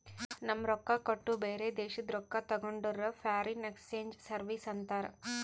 ನಮ್ ರೊಕ್ಕಾ ಕೊಟ್ಟು ಬ್ಯಾರೆ ದೇಶಾದು ರೊಕ್ಕಾ ತಗೊಂಡುರ್ ಫಾರಿನ್ ಎಕ್ಸ್ಚೇಂಜ್ ಸರ್ವೀಸ್ ಅಂತಾರ್